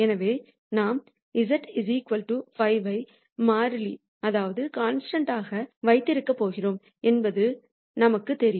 எனவே நாம் z 5 ஐ ஒரு மாறிலி ஆக வைத்திருக்கப் போகிறோம் என்பது நமக்கு தெரியும்